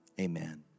amen